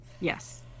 Yes